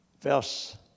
Verse